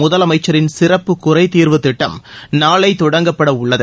முதலமைச்சரின் சிறப்பு குறை தீர்வு திட்டம் நாளை தொடங்கப்பட உள்ளது